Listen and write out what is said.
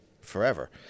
forever